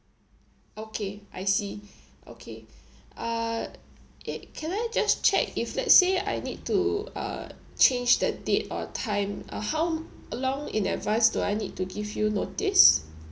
okay I see okay uh it can I just check if let's say I need to uh change the date or time uh how along in advance do I need to give you notice